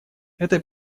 этой